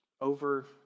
over